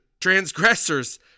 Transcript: transgressors